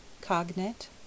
cognate